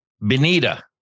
benita